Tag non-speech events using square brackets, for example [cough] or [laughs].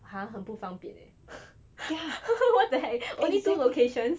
!huh! 很不方便 leh [breath] [laughs] what the heck only two locations